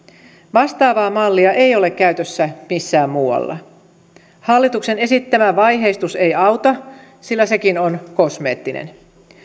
vastaavaa mallia ei ole käytössä missään muualla hallituksen esittämä vaiheistus ei auta sillä sekin on kosmeettinen